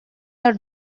your